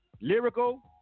Lyrical